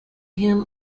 him